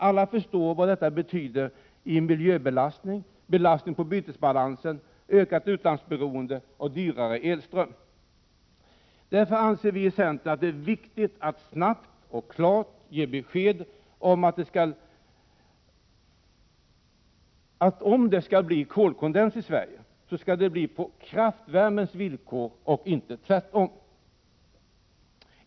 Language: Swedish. Alla förstår vad detta betyder i form av miljöbelastning, belastning på bytesbalansen, ökat utlandsberoende och dyrare elström. Därför anser vi i centern att det är viktigt att snabbt och klart ge besked om att skall det bli kolkondens i Sverige, så skall det bli på kraftvärmens villkor och inte tvärtom.